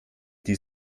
die